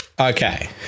Okay